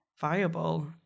viable